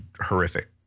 horrific